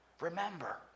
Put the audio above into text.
Remember